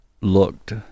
looked